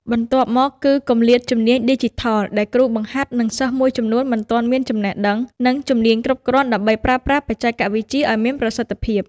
បន្ទាប់មកគឺ គម្លាតជំនាញឌីជីថល ដែលគ្រូបង្ហាត់ និងសិស្សមួយចំនួនមិនទាន់មានចំណេះដឹង និងជំនាញគ្រប់គ្រាន់ដើម្បីប្រើប្រាស់បច្ចេកវិទ្យាឱ្យមានប្រសិទ្ធភាព។